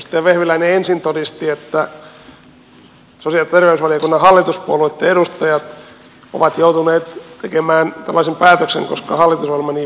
edustaja vehviläinen ensin todisti että sosiaali ja terveysvaliokunnan hallituspuolueitten edustajat ovat joutuneet tekemään tällaisen päätöksen koska hallitusohjelma niin vaatii